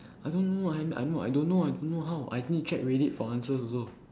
I don't know I kno~ I know I don't know I don't know how I need check reddit for the answers also